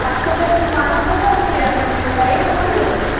आपको जब सिलवाना होगा तो फिर आप हमें बताइएगा हाँ भैया